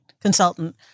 consultant